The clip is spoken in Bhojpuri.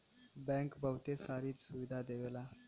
बैंक बहुते सारी सुविधा देवला